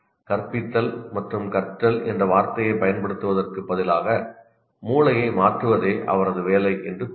கற்பித்தல் மற்றும் கற்றல் என்ற வார்த்தையைப் பயன்படுத்துவதற்குப் பதிலாக மூளையை மாற்றுவதே அவரது வேலை என்று கூறுவோம்